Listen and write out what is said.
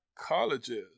colleges